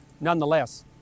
nonetheless